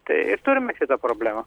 tai ir turime šitą problemą